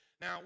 Now